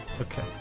okay